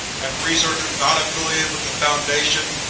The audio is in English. and researchers not affiliated with the foundation,